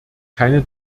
keine